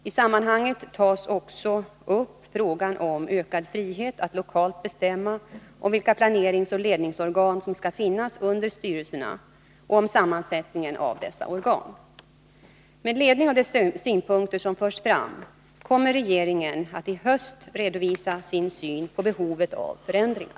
I sammanhanget tas också upp frågan om ökad frihet att lokalt bestämma om vilka planeringsoch ledningsorgan som skall finnas under styrelserna och om sammansättningen av dessa organ. Med ledning av de synpunkter som förs fram kommer regeringen att i höst redovisa sin syn på behovet av förändringar.